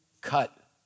cut